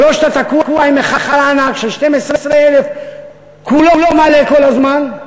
זה לא שאתה תקוע עם מכל ענק של 12,000 שכולו מלא כל הזמן.